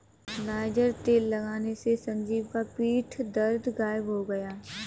niger तेल लगाने से संजीव का पीठ दर्द गायब हो गया